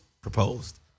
proposed